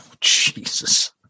Jesus